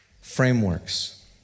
frameworks